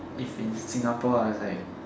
if in Singapore I like